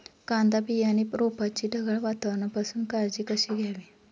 कांदा बियाणे रोपाची ढगाळ वातावरणापासून काळजी कशी घ्यावी?